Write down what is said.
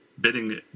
bidding